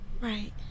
Right